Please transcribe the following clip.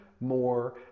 more